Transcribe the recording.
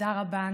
תודה רבה.